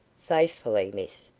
faithfully, miss.